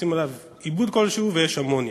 עושים עליו עיבוד כלשהו ויש אמוניה.